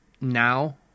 now